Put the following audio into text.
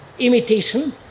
Imitation